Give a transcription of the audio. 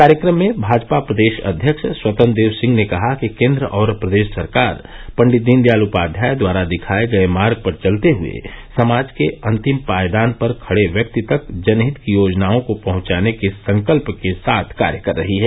कार्यक्रम में भाजपा प्रदेश अध्यक्ष स्वतंत्र देव सिंह ने कहा कि केन्द्र और प्रदेश सरकार पंडित दीन दयाल उपाध्याय द्वारा दिखाये गये मार्ग पर चलते हुए समाज के अंतिम पायदान पर खड़े व्यक्ति तक जनहित की योजनाओं को पहुंचाने के संकल्य के साथ कार्य कर रही है